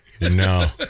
No